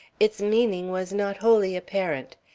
its meaning was not wholly apparent.